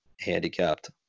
Handicapped